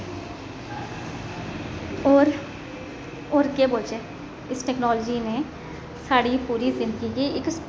होर होर केह् बोलचै इस टैक्नोलाजी ने साढ़ी पूरी जिंदगी गी इक